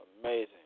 amazing